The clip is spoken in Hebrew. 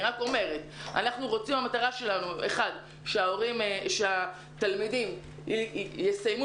אני רק אומרת: המטרה שלנו היא שהתלמידים יסיימו